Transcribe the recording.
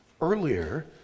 earlier